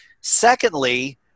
Secondly